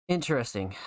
Interesting